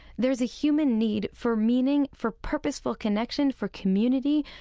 there's a human need for meaning, for purposeful connection, for community,